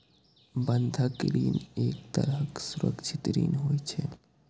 बंधक ऋण एक तरहक सुरक्षित ऋण होइ छै